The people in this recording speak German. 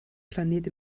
planet